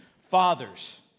Fathers